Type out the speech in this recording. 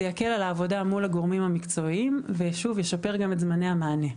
זה יקל על העבודה מול הגורמים המקצועיים וישפר גם את זמני המענה.